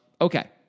Okay